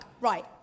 right